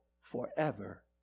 forever